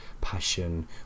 passion